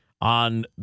on